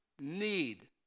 need